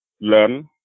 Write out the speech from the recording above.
learn